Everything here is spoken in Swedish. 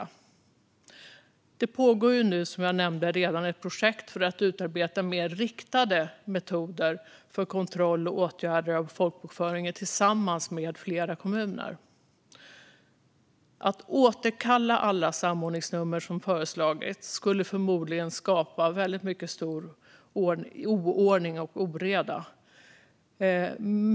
Som jag nämnde pågår det redan ett projekt tillsammans med flera kommuner för att utarbeta mer riktade metoder för kontroll och åtgärder av folkbokföringen. Att återkalla alla samordningsnummer som föreslagits skulle förmodligen skapa stor oordning.